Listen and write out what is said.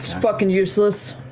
fucking useless.